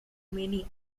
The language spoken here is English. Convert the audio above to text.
many